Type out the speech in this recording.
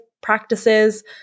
practices